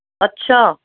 ਅੱਛਾ